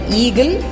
eagle